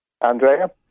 Andrea